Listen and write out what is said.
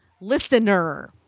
listener